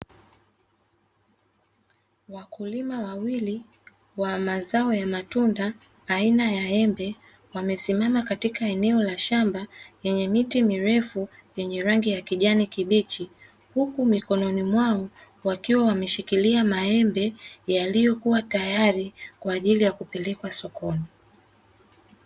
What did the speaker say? Wakulima wawili wa mazao ya matunda aina ya embe, wamesimama katika eneo la shamba; lenye miti mirefu yenye rangi ya kijani kibichi, huku mikononi mwao wakiwa wameshikilia maembe yaliokuwa tayari kwa ajili ya kupelekwa sokoni.